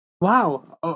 Wow